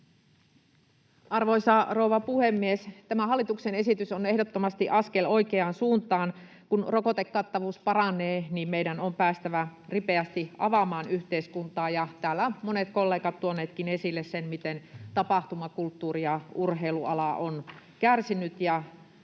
Arvoisa rouva puhemies! Tämä hallituksen esitys on ehdottomasti askel oikeaan suuntaan. Kun rokotekattavuus paranee, niin meidän on päästävä ripeästi avaamaan yhteiskuntaa. Täällä monet kollegat ovat tuoneetkin esille sen, miten tapahtuma-, kulttuuri- ja urheilualat ovat kärsineet